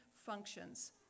functions